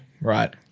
right